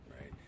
right